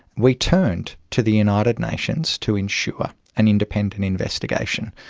we turned to the united nations to ensure an independent investigation.